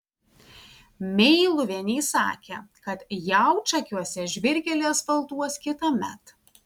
meiluvienei sakė kad jaučakiuose žvyrkelį asfaltuos kitąmet